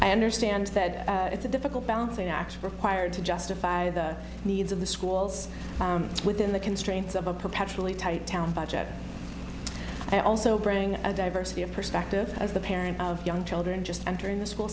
i understand that it's a difficult balancing act required to justify the needs of the schools within the constraints of a perpetually tight town budget and also bring a diversity of perspective as the parent of young children just entering the school